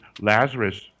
lazarus